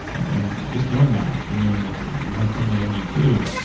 and just knowing that, and knowing that you have some of that in you too,